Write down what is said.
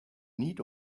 need